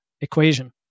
equation